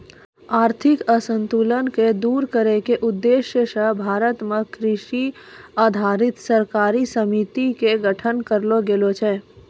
आर्थिक असंतुल क दूर करै के उद्देश्य स भारत मॅ कृषि आधारित सहकारी समिति के गठन करलो गेलो छै